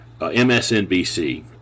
MSNBC